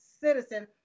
citizen